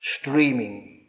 streaming